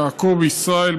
יעקב ישראל,